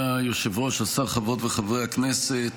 חברות וחברי הכנסת,